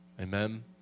Amen